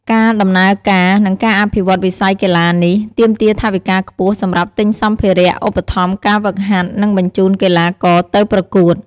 ការដំណើរការ និងការអភិវឌ្ឍន៍វិស័យកីឡានេះ ទាមទារថវិកាខ្ពស់សម្រាប់ទិញសម្ភារៈ ឧបត្ថម្ភការហ្វឹកហាត់ និងបញ្ជូនកីឡាករទៅប្រកួត។